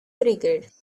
regrets